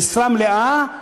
כל עוד הוא עובד במשרה מלאה,